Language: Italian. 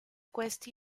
questi